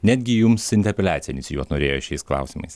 netgi jums intepeliaciją inicijuot norėjo šiais klausimais